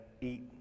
eat